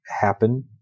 happen